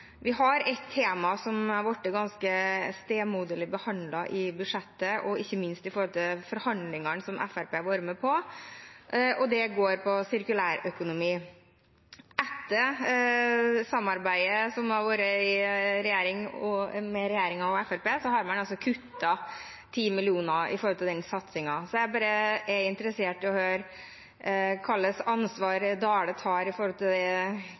Vi har ett tema som har blitt ganske stemoderlig behandlet i budsjettet og ikke minst i forhandlingene som Fremskrittspartiet har vært med på, og det går på sirkulærøkonomi. Etter samarbeidet som har vært mellom regjeringen og Fremskrittspartiet, har man kuttet 10 mill. kr i den satsingen. Så jeg er interessert i høre hva slags ansvar Dale tar for det kuttet, og hvordan man ønsker å få dette rigget for framtiden. Er det